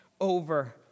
over